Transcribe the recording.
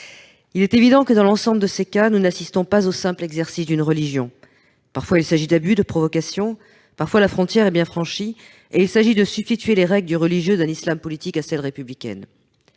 Il est évident que, dans l'ensemble de ces cas, nous n'assistons pas au simple exercice d'une religion : parfois, il s'agit d'abus, de provocations ; parfois, la frontière est bien franchie, et il s'agit de substituer les règles du religieux, d'un islam politique aux règles républicaines.